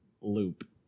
loop